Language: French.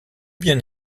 bien